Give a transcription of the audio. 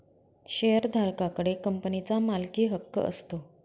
शेअरधारका कडे कंपनीचा मालकीहक्क असतो